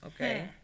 okay